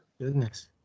goodness